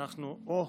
אנחנו, אוה,